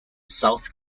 south